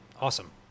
Awesome